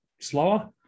slower